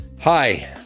Hi